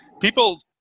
People